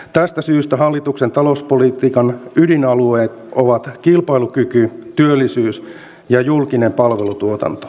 tästä syystä hallituksen talouspolitiikan ydinalueet ovat kilpailukyky työllisyys ja julkinen palvelutuotanto